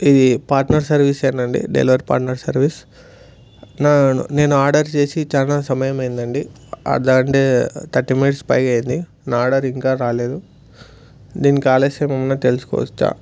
ఇది పార్ట్నర్ సర్వీసేనా అండి డెలివరీ పార్ట్నర్ సర్వీస్ నా నేను ఆర్డర్ చేసి చాలా సమయం అయ్యింది అండి అది అంటే థర్టీ మినిట్స్ పైన అయింది నా ఆర్డర్ ఇంకా రాలేదు దీన్ని ఆలస్యం ఏమన్నా తెలుసుకోవచ్చా